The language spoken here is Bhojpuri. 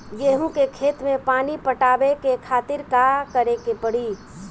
गेहूँ के खेत मे पानी पटावे के खातीर का करे के परी?